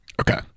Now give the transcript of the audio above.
Okay